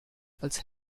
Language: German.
als